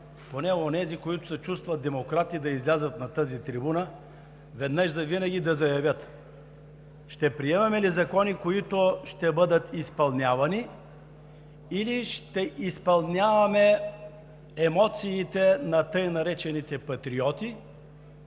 Поне онези, които се чувстват демократи, да излязат на трибуната и веднъж завинаги да заявят: ще приемаме ли закони, които ще бъдат изпълнявани, или ще изпълняваме емоциите на така наречените Патриоти?